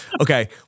Okay